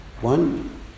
one